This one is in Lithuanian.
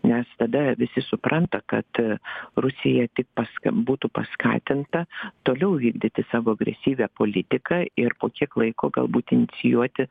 nes tada visi supranta kad rusija tik paska būtų paskatinta toliau vykdyti savo agresyvią politiką ir po kiek laiko galbūt inicijuoti